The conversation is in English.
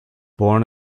born